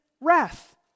wrath